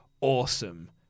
awesome